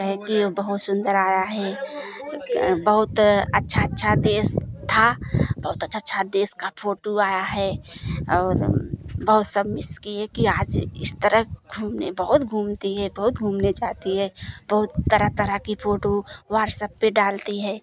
कहे कि बहुत सुंदर आया है बहुत अच्छा अच्छा देश था बहुत अच्छा छा देश का फोटू आया है और बहुत सब मिस किए कि आज इस तरह घूमने बहुत घूमती है बहुत घूमने जाती है बहुत तरह तरह की फोटू व्हाट्सअप पर डालती है